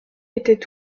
était